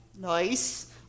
nice